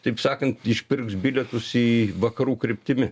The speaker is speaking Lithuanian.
taip sakant išpirks bilietus į vakarų kryptimi